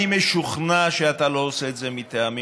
אני משוכנע שאתה לא עושה את זה מטעמים,